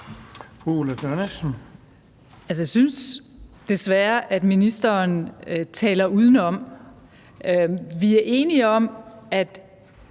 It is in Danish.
Ulla Tørnæs (V): Jeg synes desværre, at ministeren taler udenom. Vi er enige om, at